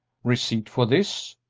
receipt for this!